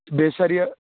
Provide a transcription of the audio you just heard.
بیٚیہِ سَر یہِ